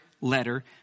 letter